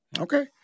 Okay